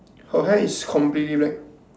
her hair is completely black